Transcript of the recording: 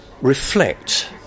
reflect